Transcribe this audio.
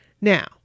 Now